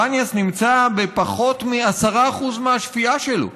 הבניאס נמצא בפחות מ-10% מהשפיעה שלו.